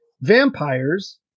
vampires